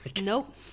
Nope